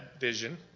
vision